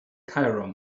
cairum